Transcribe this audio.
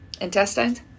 intestines